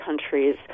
countries